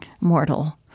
mortal